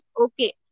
okay